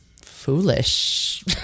foolish